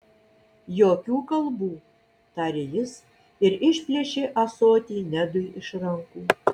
jokių kalbų tarė jis ir išplėšė ąsotį nedui iš rankų